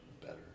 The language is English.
better